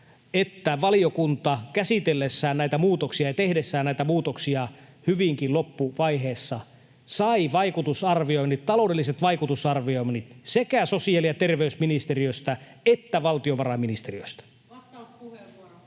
että valiokunta käsitellessään näitä muutoksia ja tehdessään näitä muutoksia hyvinkin loppuvaiheessa sai vaikutusarvioinnit, taloudelliset vaikutusarvioinnit sekä sosiaali- ja terveysministeriöstä että valtiovarainministeriöstä. [Krista